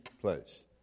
place